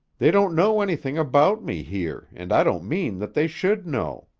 they don't know anything about me here and i don't mean that they should know.